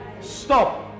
stop